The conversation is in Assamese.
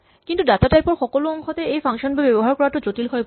কিন্তু ডাটাটাইপ ৰ সকলো অংশতে এই ফাংচন বোৰ ব্যৱহাৰ কৰাটো জটিল হৈ পৰে